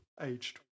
aged